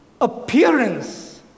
appearance